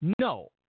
no